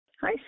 Hi